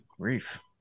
grief